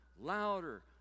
louder